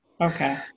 Okay